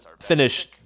finish